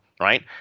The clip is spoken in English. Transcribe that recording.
Right